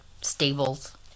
stables